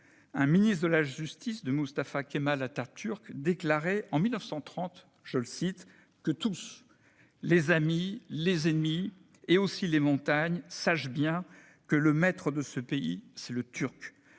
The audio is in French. Un ministre de la justice de Mustafa Kemal Atatürk déclarait en 1930 « que tous, les amis, les ennemis et les montagnes sachent bien que le maître de ce pays, c'est le Turc.